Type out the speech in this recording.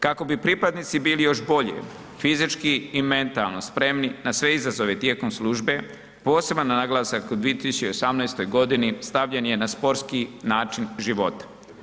Kako bi pripadnici bili još bolje fizički i mentalno spremni na sve izazove tijekom službe, poseban naglasak u 2018.g. stavljen je na sportski način života.